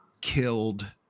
killed